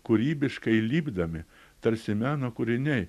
kūrybiškai lipdomi tarsi meno kūriniai